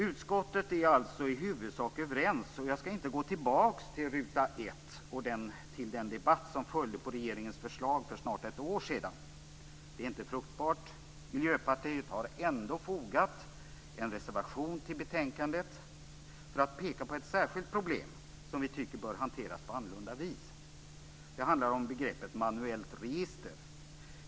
Utskottet är alltså i huvudsak överens, och jag skall inte gå tillbaka till ruta 1 och den debatt som följde på regeringens förslag för snart ett år sedan. Det är inte fruktbart. Ändå har Miljöpartiet fogat en reservation till betänkandet för att peka på ett särskilt problem som vi tycker bör hanteras på annorlunda vis. Det handlar om begreppet manuellt register.